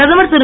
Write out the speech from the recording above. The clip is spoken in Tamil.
பிரதமர் திரு